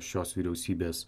šios vyriausybės